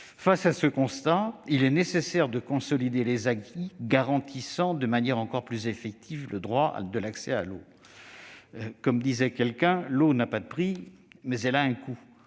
Face à ce constat, il est nécessaire de consolider les acquis en garantissant de manière encore plus effective le droit d'accès à l'eau. L'eau n'a pas de prix, mais elle a un coût,